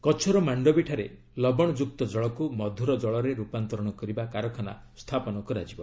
କଚ୍ଚର ମାଣ୍ଡବି ଠାରେ ଲବଣଯୁକ୍ତ ଜଳକୁ ମଧୁର ଜଳରେ ରୂପାନ୍ତରଣ କରିବା କାରଖାନା ସ୍ଥାପନ କରାଯିବ